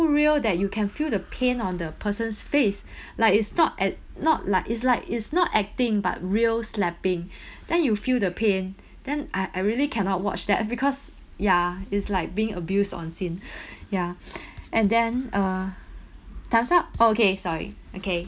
real that you can feel the pain on the person's face like it's not act not like it's like it's not acting but real slapping then you feel the pain then I I really cannot watch that because ya is like being abused on scene ya and then uh time's up oh okay sorry okay